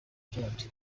gerard